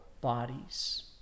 bodies